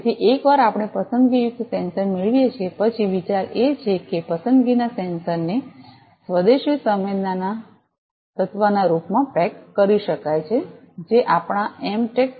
તેથી એકવાર આપણે પસંદગીયુક્ત સેન્સર મેળવીએ પછી વિચાર એ છે કે પસંદગીના સેન્સરને સ્વદેશી સંવેદનાના તત્વના રૂપમાં પેક કરી શકાય જે આપણા એમ ટેકM